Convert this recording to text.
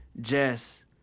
Jess